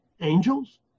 angels